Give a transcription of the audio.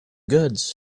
goods